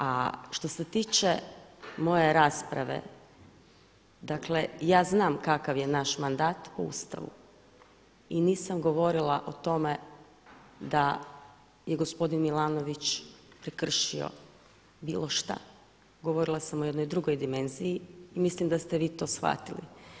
A što se tiče moje rasprave, dakle ja znam kakav je naš mandat po Ustavu i nisam govorila o tome da je gospodin Milanović prekršio bilo šta, govorila sam o jednoj drugoj dimenziji i mislim da ste vi to shvatili.